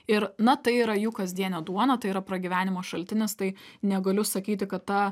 ir na tai yra jų kasdienė duona tai yra pragyvenimo šaltinis tai negaliu sakyti kad ta